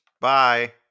Bye